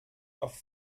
auf